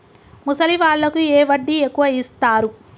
ముసలి వాళ్ళకు ఏ వడ్డీ ఎక్కువ ఇస్తారు?